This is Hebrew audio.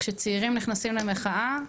כשצעירים נכנסים למחאה,